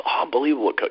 unbelievable